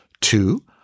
Two